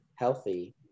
Healthy